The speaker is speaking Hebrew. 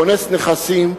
כונס נכסים,